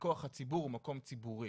מכוח הציבור הוא מקום ציבורי,